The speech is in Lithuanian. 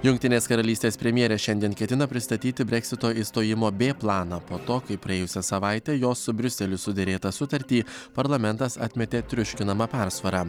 jungtinės karalystės premjerė šiandien ketina pristatyti breksito išstojimo b planą po to kai praėjusią savaitę jos su briuseliu suderėtą sutartį parlamentas atmetė triuškinama persvara